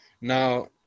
now